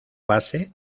base